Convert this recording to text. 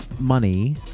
money